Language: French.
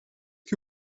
que